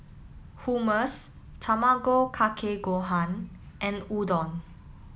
Hummus Tamago Kake Gohan and Udon